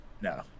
No